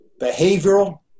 behavioral